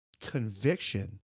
conviction